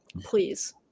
please